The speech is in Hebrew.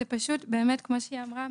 זה פשוט כמו שהיא אמרה,